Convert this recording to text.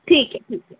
ٹھیک ہے ٹھیک ہے